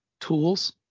tools